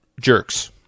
jerks